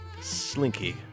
Slinky